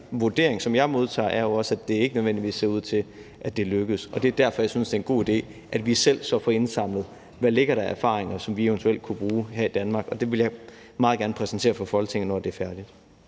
vurdering, som jeg modtager, er jo også, at det ikke nødvendigvis ser ud til at lykkes. Og det er derfor, jeg synes, det er en god idé, at vi selv får indsamlet, hvad der ligger af erfaringer, som vi eventuelt kunne bruge her i Danmark, og det vil jeg meget gerne præsentere for Folketinget, når det er færdigt.